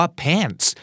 pants